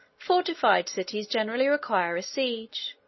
fortified cities generally require a siege,